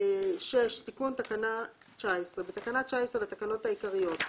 "תיקון תקנה 19 6. בתקנה 19 לתקנות העיקריות,